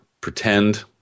pretend